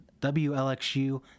WLXU